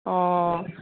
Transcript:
অ